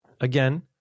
again